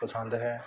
ਪਸੰਦ ਹੈ